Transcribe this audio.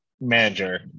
manager